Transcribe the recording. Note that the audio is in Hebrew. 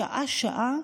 שעה-שעה,